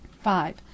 five